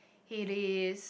he is